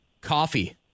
Coffee